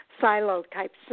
silo-type